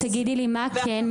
תגידי לי מה כן,